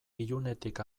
ilunetik